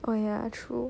oh ya true